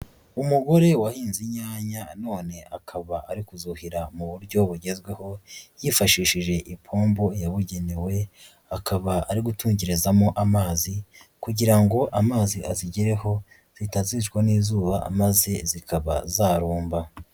Umugore wahinze inyanya none akaba ari kuzuhira mu buryo bugezweho yifashishije ipombo yabugenewe, akaba ari gutungerezamo amazi kugira ngo amazi azigereho zitazicwa n'izuba maze zikaba zarumba.